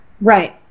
Right